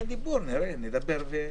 נראה, נדבר.